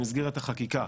במסגרת החקיקה,